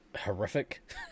horrific